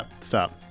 Stop